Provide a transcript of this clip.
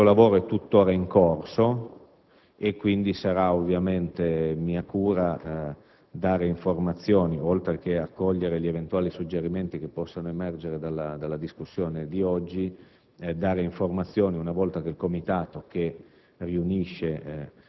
Questo lavoro è tuttora in corso; quindi, sarà mia cura dare informazioni, oltre che accogliere gli eventuali suggerimenti che potranno emergere dalla discussione di oggi, una volta che il Comitato, che